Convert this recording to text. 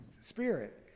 spirit